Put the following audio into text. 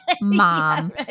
mom